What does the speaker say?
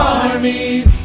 armies